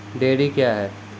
Dairy क्या हैं?